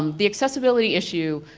um the accessibility issue,